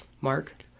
Mark